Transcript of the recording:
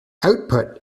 output